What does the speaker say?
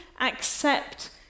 accept